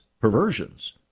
perversions